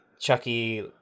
Chucky